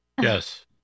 Yes